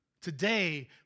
today